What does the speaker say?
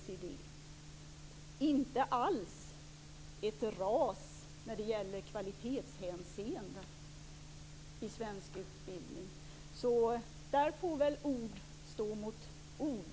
Det är inte alls ett ras i kvalitetshänseende i svensk utbildning. Där får väl ord stå mot ord.